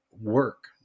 work